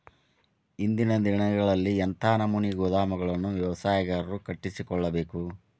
ಇಂದಿನ ದಿನಗಳಲ್ಲಿ ಎಂಥ ನಮೂನೆ ಗೋದಾಮುಗಳನ್ನು ವ್ಯವಸಾಯಗಾರರು ಕಟ್ಟಿಸಿಕೊಳ್ಳಬೇಕು?